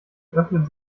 öffnet